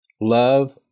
love